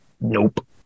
Nope